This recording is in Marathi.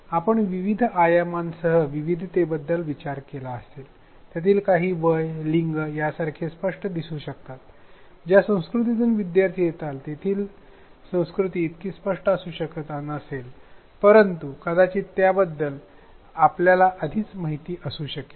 आपण विविध आयामांसह विविधतेबद्दल विचार केला असेल त्यातील काही वय लिंग यासारखे स्पष्ट दिसू शकतात ज्या संस्कृतीतून विद्यार्थी येतात तेथील संस्कृती इतकी स्पष्ट असू शकत नसेल परंतु कदाचित त्याबद्दल आपल्याला आधीच माहिती असू शकेल